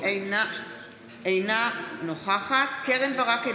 אינה נוכחת קרן ברק,